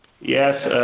Yes